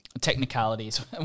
technicalities